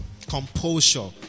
composure